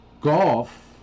Golf